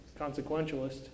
consequentialist